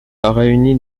réunit